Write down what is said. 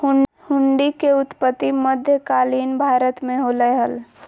हुंडी के उत्पत्ति मध्य कालीन भारत मे होलय हल